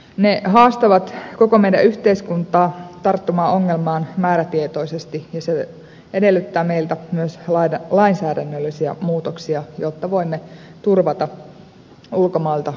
ne haastavat koko meidän yhteiskuntaa tarttumaan ongelmaan määrätietoisesti ja se edellyttää meiltä myös lainsäädännöllisiä muutoksia jotta voimme turvata ulkomailta suomeen tulevan työntekijänkin perusoikeudet